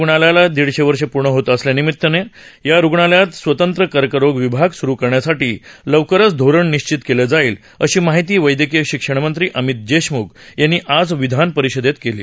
रुग्णालयाला दीडशे वर्ष पूर्ण होत असल्यानिमित या रुग्णालयात स्वतंत्र कर्करोग विभाग स्रू करण्यासाठी लवकरच धोरण निश्चित केलं जाईल अशी माहिती वैद्यकीय शिक्षणमंत्री अमित देशम्ख यांनी आज विधानपरिषदेत दिली